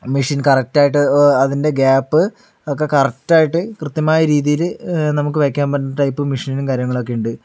machine കറക്ടായിട്ട് അതിൻറ്റെ gap ഒക്കേ കറക്റ്റ് ആയിട്ട് കൃത്യമായ രീതിയില് നമുക്ക് വെയ്ക്കാൻ പറ്റുന്ന ടൈപ്പ് മെഷീനും കാര്യങ്ങളൊക്കേ ഉണ്ട്